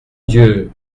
dieu